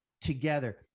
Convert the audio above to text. together